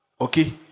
Okay